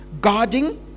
guarding